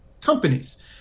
companies